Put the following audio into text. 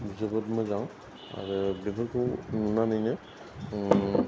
जोबोद मोजां आरो बेफोरखौ नुनानैनो